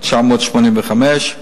985,